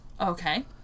okay